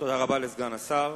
תודה רבה לסגן השר.